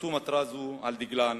חרתו מטרה זו על דגלן